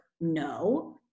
No